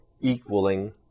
equaling